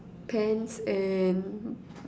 pants and